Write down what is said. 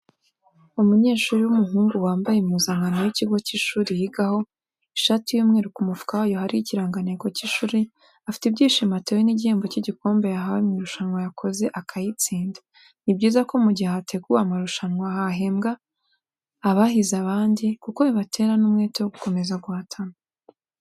Umunyeshuri w'umuhungu wambaye impuzankano y'ikigo cy'ishuri yigaho ishati y'umweru ku mufuka wayo hariho ikirango cy'ishuri, afite ibyishimo atewe n'igihembo cy'igikombe yahawe mu marushanwa yakoze akayatsinda. Ni byiza ko mu gihe hateguwe amarusanwa hahembwa abahize abandi kuko bibatera n'umwete wo gukomeza guhatana.